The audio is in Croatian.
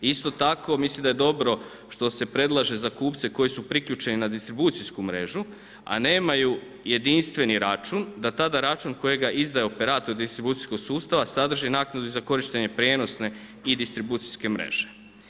Isto tako mislim da je dobro što se predlaže za kupce koji su priključeni na distribucijsku mrežu a nemaju jedinstveni račun da tada račun kojega izdaje operator distribucijskog sustava sadrži naknadu i za korištenje prijenosne i distribucijske mreže.